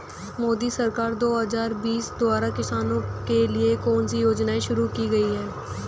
मोदी सरकार दो हज़ार बीस द्वारा किसानों के लिए कौन सी योजनाएं शुरू की गई हैं?